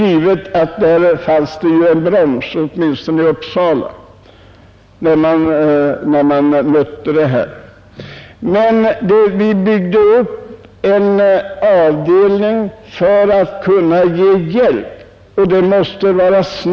I Uppsala har vi i anslutning till lungmedicinen byggt upp en avdelning för att kunna ge hjälp åt allergiska personer.